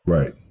Right